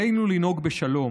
עלינו לנהוג בשלום,